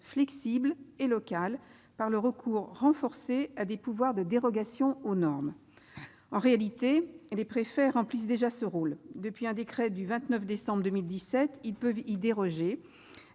flexible et locale par le recours renforcé à des pouvoirs de dérogation aux normes. En réalité, des préfets remplissent déjà ce rôle. Depuis un décret du 29 décembre 2017, ils peuvent déroger